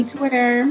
Twitter